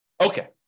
Okay